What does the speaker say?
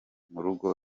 rugo